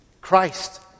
Christ